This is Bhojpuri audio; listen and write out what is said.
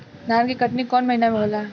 धान के कटनी कौन महीना में होला?